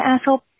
asshole